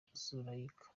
zoulaika